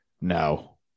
no